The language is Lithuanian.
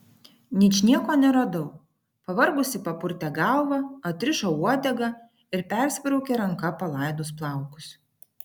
ničnieko neradau pavargusi papurtė galvą atrišo uodegą ir persibraukė ranka palaidus plaukus